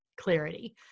clarity